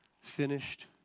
finished